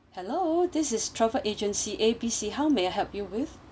hello this is travel agency A B C how may I help you with